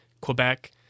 Quebec